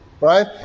right